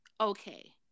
Okay